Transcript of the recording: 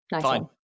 fine